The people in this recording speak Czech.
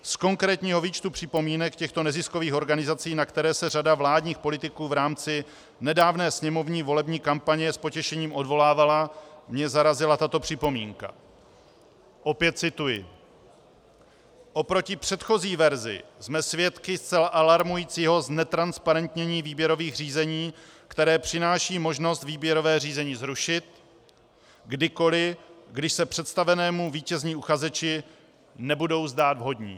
Z konkrétního výčtu připomínek těchto neziskových organizací, na které se řada vládních politiků v rámci nedávné sněmovní volební kampaně s potěšením odvolávala, mě zarazila tato připomínka opět cituji: Oproti předchozí verzi jsme svědky zcela alarmujícího znetransparentnění výběrových řízení, které přináší možnost výběrové řízení zrušit kdykoli, když se představenému vítězní uchazeči nebudou zdát vhodní.